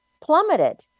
plummeted